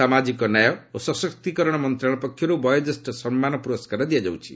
ସାମାଜିକ ନ୍ୟାୟ ଓ ସଶକ୍ତିକରଣ ମନ୍ତ୍ରଣାଳୟ ପକ୍ଷରୁ ବୟୋଶ୍ରେଷ୍ଠ ସମ୍ମାନ ପୁରସ୍କାର ଦିଆଯାଉଛି